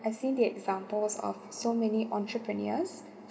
I've seen the examples of so many entrepreneurs